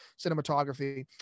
cinematography